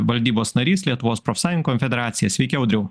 valdybos narys lietuvos profsąjungų konfederacija sveiki audriau